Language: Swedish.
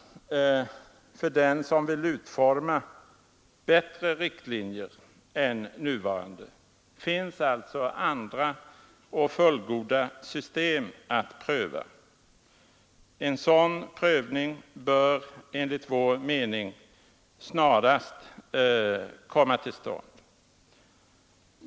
För dem som vill utforma bättre riktlinjer än de nuvarande finns alltså andra och fullgoda system att pröva. En sådan prövning bör enligt vår mening snarast möjligt komma till stånd.